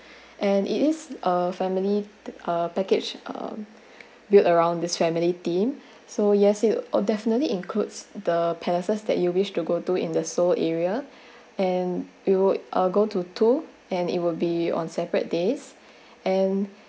and it is a family uh package uh built around this family theme so yes will uh definitely includes the palaces that you wish to go to in the seoul area and you are go to tour and it will be on separate days and